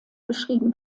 beschrieben